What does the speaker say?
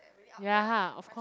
ya of course